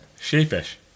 Sheepish